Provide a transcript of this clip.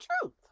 truth